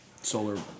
solar